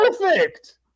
perfect